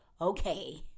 okay